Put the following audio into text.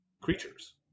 creatures